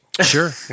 Sure